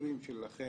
והחוקרים שלכם